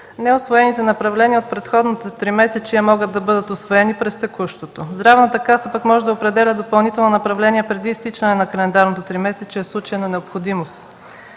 Неусвоените направления от предходното тримесечие могат да бъдат усвоени през текущото. Здравната каса може да определя допълнително направление преди изтичане на календарното тримесечие в случай на необходимост.